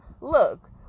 look